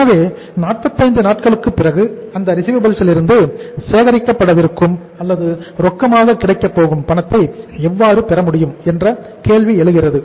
எனவே 45 நாட்களுக்குப் பிறகு அந்த ரிசிவபில்ஸ் லிருந்து சேகரிக்கப்படவிருக்கும் அல்லது ரொக்கமாக கிடைக்கப் போகும் பணத்தை எவ்வாறு பெற முடியும் என்ற கேள்வி எழுகிறது